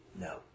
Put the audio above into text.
No